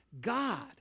God